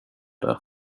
det